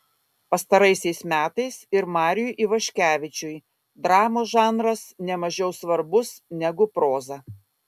pastaraisiais metais ir mariui ivaškevičiui dramos žanras ne mažiau svarbus negu proza